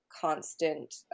constant